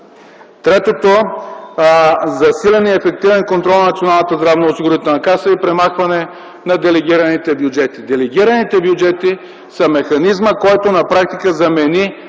Трето, засилен и ефективен контрол на Националната здравноосигурителна каса и премахване на делегираните бюджети. Делегираните бюджети са механизмът, който на практика замени